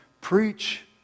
preach